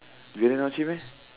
really not cheap meh